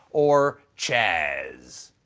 or chaz.